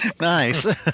Nice